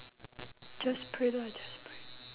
I got I never touch C_S-go leh